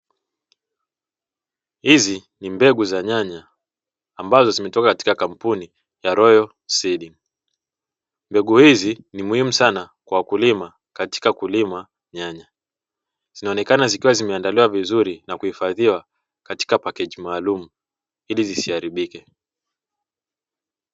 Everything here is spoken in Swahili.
Hizi ni mbegu za nyanya ambazo zimetoka katika kampuni ya "royal seed", mbegu hizi ni muhimu sana kwa wakulima katika kulima nyanya zinaonekana zikiwa zimeandaliwa vizuri na kuhifadhiwa katika pakiti maalum ili zisiharibike.